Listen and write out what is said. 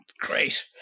Great